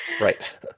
Right